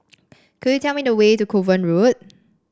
could you tell me the way to Kovan Road